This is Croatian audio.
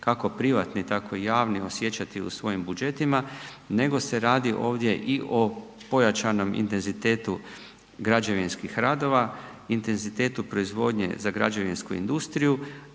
kako privatni, tako i javni osjećati u svojim budžetima nego se radi ovdje i o pojačanom intenzitetu građevinskih radova, intenzitetu proizvodnje za građevinsku industriju